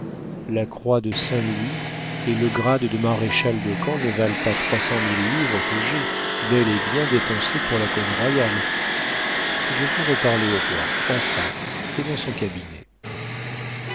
la croix de saint-louis et le grade de maréchal-de-camp ne valent pas trois cent mille livres que j'ai bel et bien dépensées pour la cause royale je veux reparler au roi en face et dans son cabinet